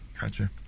Gotcha